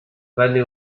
venne